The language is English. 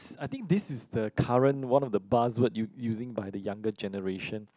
I think this is the current one of the buzz word using by the younger generation